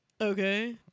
okay